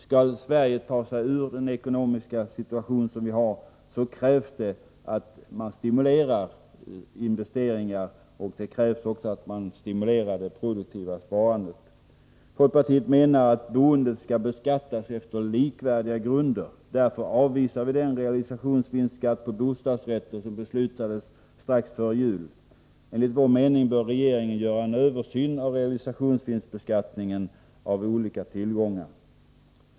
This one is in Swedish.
Skall Sverige ta sig ur den nuvarande ekonomiska situationen krävs att man stimulerar investeringar och produktivt sparande. Folkpartiet menar att boendet skall beskattas på likvärdiga grunder. Därför avvisar folkpartiet den realisationsvinstskatt på bostadsrätter som beslutades strax före jul. Enligt vår mening bör regeringen göra en översyn av realisationsvinstbeskattningen av olika tillgångar.